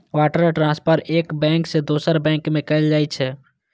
wire transfer एक bank सं दोसर बैंक में कैल जाइ छै